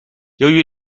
由于